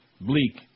Bleak